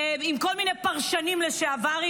עם כל מיני פרשנים לשעבר,